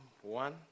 one